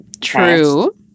True